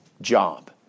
job